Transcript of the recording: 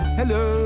hello